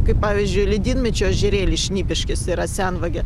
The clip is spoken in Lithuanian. kaip pavyzdžiui ledynmečio ežerėlis šnipiškės yra senvagė